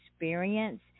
experience